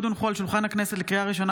לקריאה ראשונה,